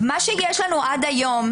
מה שיש לנו עד היום,